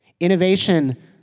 Innovation